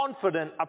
confident